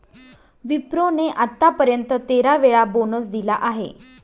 विप्रो ने आत्तापर्यंत तेरा वेळा बोनस दिला आहे